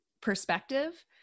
perspective